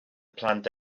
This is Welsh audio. plant